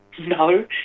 No